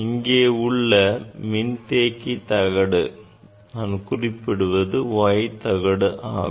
இங்கே உள்ள மின்தேக்கி தகடு நான் குறிப்பிடுவது y தகடு ஆகும்